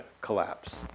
collapse